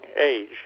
age